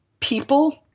People